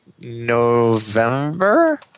November